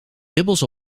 ribbels